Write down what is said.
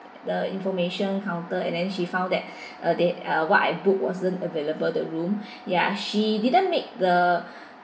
the information counter and then she found that a date uh what I book wasn't available the room ya she didn't make the